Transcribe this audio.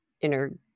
inner